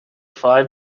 five